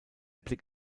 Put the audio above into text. blick